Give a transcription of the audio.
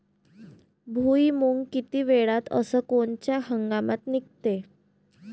भुईमुंग किती वेळात अस कोनच्या हंगामात निगते?